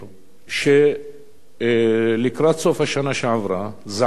שלקראת סוף השנה שעברה זעקו ראשי הרשויות